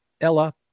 Ella